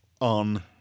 on